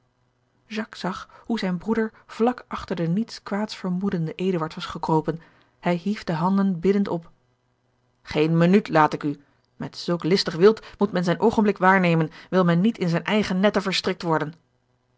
zag hoe zijn broeder vlak achter den niets kwaads vermoedenden eduard was gekropen hij hief de handen biddend op geene minuut laat ik u met zulk listig wild moet men zijn oogenblik waarnemen wil men niet in zijne eigene netten verstrikt worden